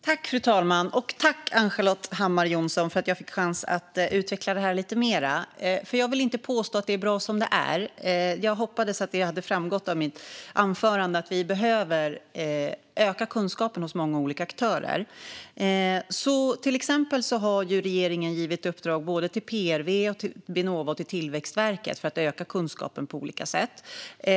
Fru talman! Jag tackar Ann-Charlotte Hammar Johnsson för att jag får chansen att utveckla dessa frågor lite mer. Jag vill inte påstå att det är bra som det är, och jag hoppas att det framgick av mitt anförande att vi behöver öka kunskapen hos många olika aktörer. Till exempel har regeringen lagt ut uppdrag till PRV, Vinnova och Tillväxtverket för att öka kunskapen på olika sätt.